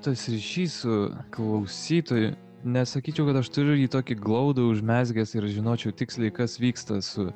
tas ryšys su klausytoju nesakyčiau kad aš turiu jį tokį glaudų užmezgęs ir žinočiau tiksliai kas vyksta su